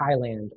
Thailand